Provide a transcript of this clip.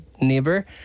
Neighbor